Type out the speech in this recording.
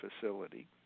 facility